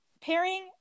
pairing